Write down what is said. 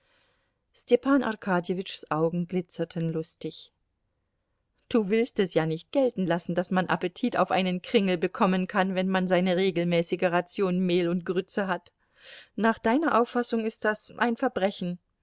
arkadjewitschs augen glitzerten lustig du willst es ja nicht gelten lassen daß man appetit auf einen kringel bekommen kann wenn man seine regelmäßige ration mehl und grütze hat nach deiner auffassung ist das ein verbrechen